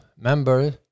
member